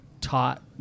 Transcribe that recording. taught